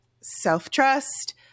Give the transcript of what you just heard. self-trust